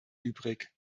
übrig